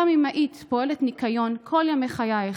גם אם היית פועלת ניקיון כל ימי חייך